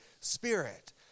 Spirit